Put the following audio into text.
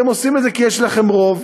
אתם עושים את זה כי יש לכם רוב.